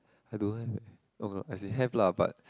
I don't have eh oh got as in have lah but